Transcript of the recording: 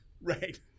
Right